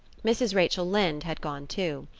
mrs. rachel lynde had gone too.